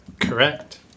Correct